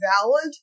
valid